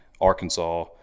Arkansas